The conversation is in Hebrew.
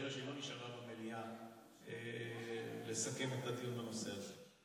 רואה שהיא לא נשארה במליאה לסכם את הדיון בנושא הזה.